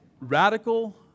Radical